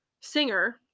singer